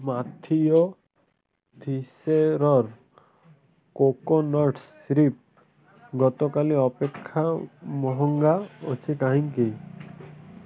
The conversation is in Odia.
ମାଥିଉ ତିଶେର୍ର କୋକୋନଟ୍ ସିରପ୍ ଗତକାଲି ଅପେକ୍ଷା ମହଙ୍ଗା ଅଛି କାହିଁକି